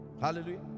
Hallelujah